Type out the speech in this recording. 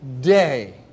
day